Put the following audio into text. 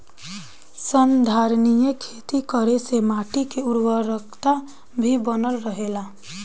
संधारनीय खेती करे से माटी के उर्वरकता भी बनल रहेला